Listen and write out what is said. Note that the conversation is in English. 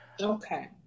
Okay